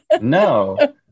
no